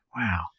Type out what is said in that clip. Wow